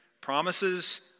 promises